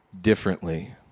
differently